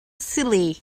silly